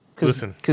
Listen